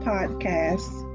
Podcasts